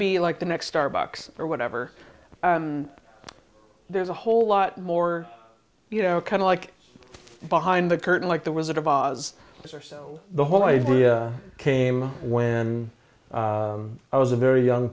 be like the next starbucks or whatever there's a whole lot more you know kind of like behind the curtain like the wizard of oz the whole idea came when i was a very young